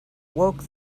woke